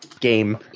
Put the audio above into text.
game